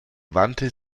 wandte